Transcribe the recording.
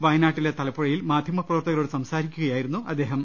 വയനാട്ടിലെ തലപ്പുഴയിൽ മാധ്യമ പ്രവർത്തകരോട് സംസാരിക്കുകയാ യിരുന്നു അദ്ദേഹം